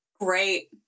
great